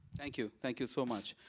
thank you. thank you so much.